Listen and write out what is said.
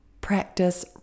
practice